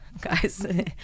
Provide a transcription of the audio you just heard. guys